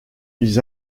ils